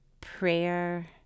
prayer